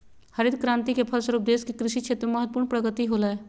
हरित क्रान्ति के फलस्वरूप देश के कृषि क्षेत्र में महत्वपूर्ण प्रगति होलय